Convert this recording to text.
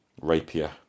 rapier